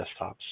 desktops